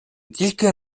тільки